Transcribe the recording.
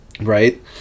right